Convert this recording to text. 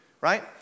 Right